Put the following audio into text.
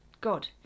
God